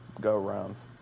go-rounds